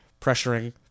pressuring